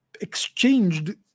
exchanged